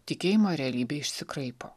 tikėjimo realybė išsikraipo